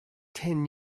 ten